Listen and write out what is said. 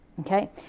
Okay